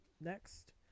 next